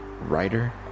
writer